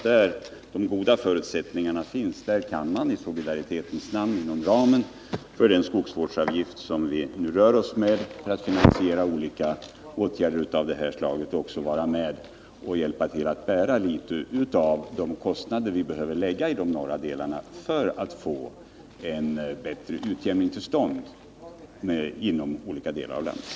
Där de goda förutsättningarna finns borde man väl i solidaritetens namn, inom ramen för den skogsvårdsavgift som vi rör oss med för att finansiera olika åtgärder, kunna vara med och hjälpa till att bära den del av kostnaden för åtgärder som behöver vidtas i de norra delarna och på det sättet få till stånd en utjämning inom landet.